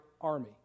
army